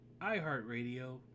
iHeartRadio